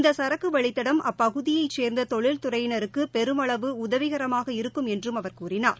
இந்த சரக்கு வழித்தடம் அப்பகுதியைச் சேர்ந்த தொழில்துறையினருக்கு பெருமளவு உதவிகரமாக இருக்கும் என்று அவர் கூறினார்